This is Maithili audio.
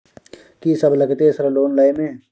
कि सब लगतै सर लोन लय में?